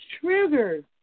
trigger